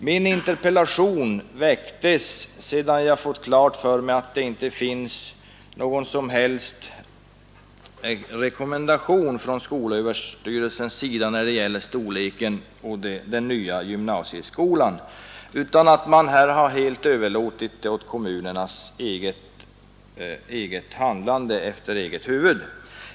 Min interpellation framställdes sedan jag fått klart för mig att det inte finns någon som helst rekommendation från skolöverstyrelsens sida när det gäller den nya gymnasieskolans storlek utan att man här helt överlåtit åt kommunerna att handla efter eget huvud.